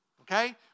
okay